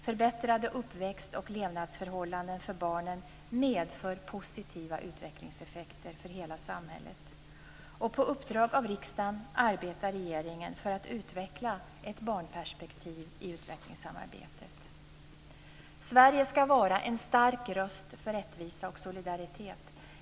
Förbättrade uppväxt och levnadsförhållanden för barnen medför positiva utvecklingseffekter för hela samhället. På uppdrag av riksdagen arbetar regeringen för att utveckla ett barnperspektiv i utvecklingssamarbetet. Sverige ska vara en stark röst för rättvisa och solidaritet.